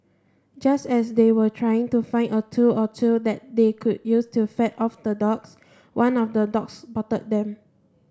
just as they were trying to find a tool or two that they could use to fend off the dogs one of the dogs spotted them